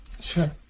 Sure